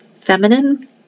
feminine